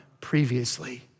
previously